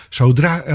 zodra